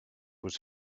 was